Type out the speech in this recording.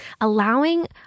allowing